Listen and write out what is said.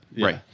Right